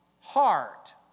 heart